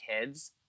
kids